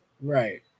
Right